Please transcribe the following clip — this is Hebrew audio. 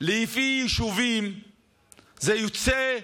לפי יישובים זה יוצא,